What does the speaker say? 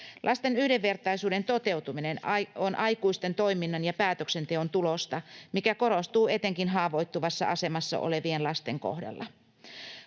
Lasten yhdenvertaisuuden toteutuminen on aikuisten toiminnan ja päätöksenteon tulosta, mikä korostuu etenkin haavoittuvassa asemassa olevien lasten kohdalla.